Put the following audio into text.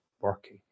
working